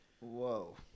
Whoa